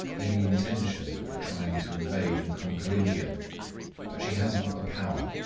any intention of trying to invade and conquer india but she has not the power,